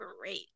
great